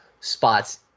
spots